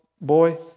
boy